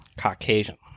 Caucasian